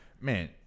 Man